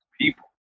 people